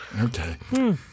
okay